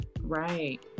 right